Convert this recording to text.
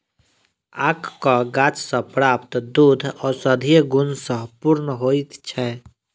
आकक गाछ सॅ प्राप्त दूध औषधीय गुण सॅ पूर्ण होइत छै